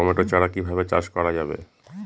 Tomato চারা কিভাবে চাষ করা যাবে?